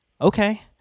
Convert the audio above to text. okay